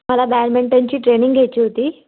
मला बॅडमिंटनची ट्रेनिंग घ्यायची होती